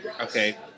okay